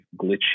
glitchy